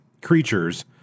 creatures